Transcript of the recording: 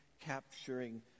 capturing